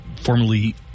formerly